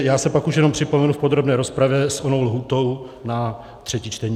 Já se pak už jenom připomenu v podrobné rozpravě s onou lhůtou na třetí čtení.